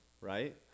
right